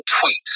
tweet